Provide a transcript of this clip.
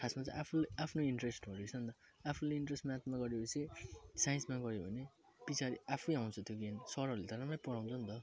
खासमा चाहिँ आफू आफ्नो इन्ट्रेस्ट हो रहेछ नि त आफूले इन्ट्रेस्ट म्याथ नगरेपछि साइन्समा गयो भने पिछाडी आफैँ आउँछ त्यो ज्ञान सरहरूले त राम्रै पढाउँछन् नि त